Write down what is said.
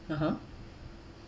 (uh huh)